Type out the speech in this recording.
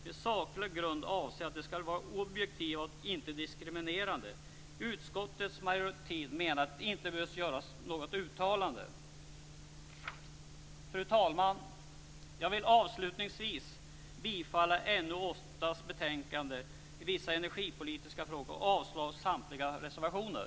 Med saklig grund avses att det skall var objektivt och inte diskriminerande. Utskottsmajoriteten menar att det inte behöver göras något uttalande. Fru talman! Jag vill avslutningsvis yrka bifall till utskottets hemställan i NU8 och avslag på samtliga reservationer.